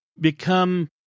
become